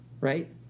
Right